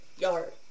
yard